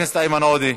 חבר הכנסת איימן עודה,